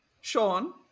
Sean